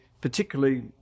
particularly